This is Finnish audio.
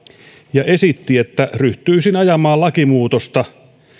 ja esitti että ryhtyisin ajamaan lakimuutosta